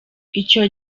icyo